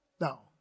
Now